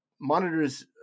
Monitors